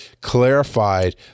clarified